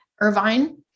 Irvine